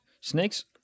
Snakes